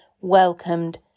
welcomed